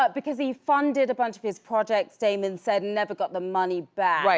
but because he funded a bunch of his projects, damon said and never got the money back.